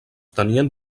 tenien